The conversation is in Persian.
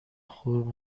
خوب